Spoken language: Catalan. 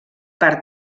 per